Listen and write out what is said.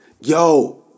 Yo